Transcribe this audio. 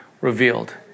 revealed